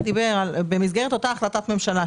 במסגרת אותה החלטת ממשלה,